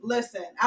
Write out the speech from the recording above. Listen